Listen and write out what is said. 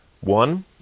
One